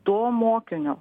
to mokinio